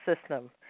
system